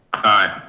aye.